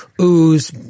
ooze